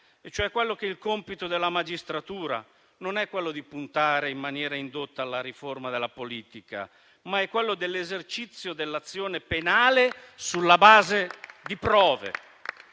cioè che il compito della magistratura non è quello di puntare in maniera indotta alla riforma della politica, ma è quello dell'esercizio dell'azione penale sulla base di prove.